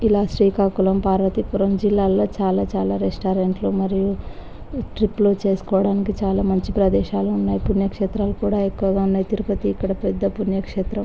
ఇలా శ్రీకాకుళం పార్వతీపురం జిల్లాల్లో చాలా చాలా రెస్టారెంట్లు మరియు ట్రిప్లు చేసుకోవడానికి చాలా మంచి ప్రదేశాలు ఉన్నాయి పుణ్యక్షేత్రాలు కూడా ఎక్కువగా ఉన్నాయి తిరుపతి ఇక్కడ పెద్ద పుణ్యక్షేత్రం